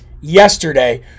yesterday